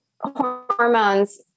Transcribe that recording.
hormones